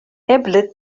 eble